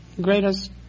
greatest